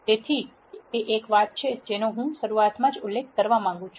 તેથી તે એક વાત છે જેનો હું શરૂઆતમાં જ ઉલ્લેખ કરવા માંગું છું